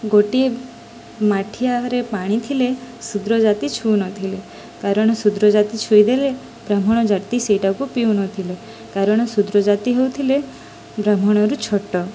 ଗୋଟିଏ ମାଠିଆରେ ପାଣି ଥିଲେ ଶୂଦ୍ର ଜାତି ଛୁଉଁନଥିଲେ କାରଣ ଶୂଦ୍ର ଜାତି ଛୁଇଁ ଦେଲେ ବ୍ରାହ୍ମଣ ଜାତି ସେଇଟାକୁ ପିଉନଥିଲେ କାରଣ ଶୂଦ୍ର ଜାତି ହଉଥିଲେ ବ୍ରାହ୍ମଣରୁ ଛୋଟ